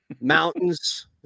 mountains